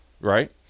right